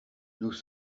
nous